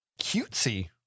cutesy